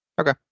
Okay